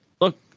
look